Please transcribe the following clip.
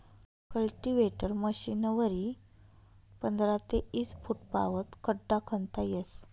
cultivator मशीनवरी पंधरा ते ईस फुटपावत खड्डा खणता येस